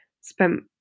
spent